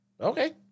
Okay